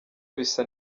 bisa